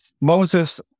Moses